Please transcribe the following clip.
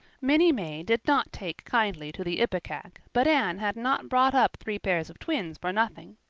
minnie may did not take kindly to the ipecac but anne had not brought up three pairs of twins for nothing.